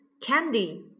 candy